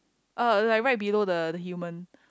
uh like right below the human